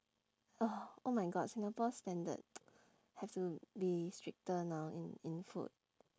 oh my god singapore standard have to be stricter now in in food